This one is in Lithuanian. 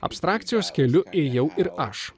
abstrakcijos keliu ėjau ir aš